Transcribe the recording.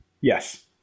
Yes